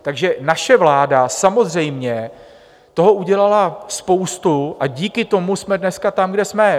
Takže naše vláda samozřejmě toho udělala spoustu a díky tomu jsme dneska tam, kde jsme.